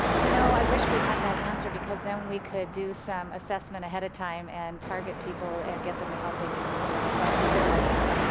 you know i wish we had that answer because then we could do some assessment ahead of time and target people, and get them the help they need sooner. but we really can't.